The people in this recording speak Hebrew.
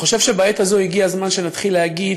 אני חושב שבעת הזו הגיע הזמן שנתחיל להגיד